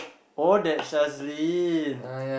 oh that Shazleen